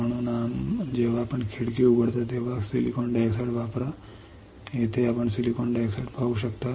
म्हणून जेव्हा आपण खिडकी उघडता तेव्हा सिलिकॉन डायऑक्साइड वापरा येथे आपण सिलिकॉन डायऑक्साइड पाहू शकता